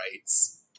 rights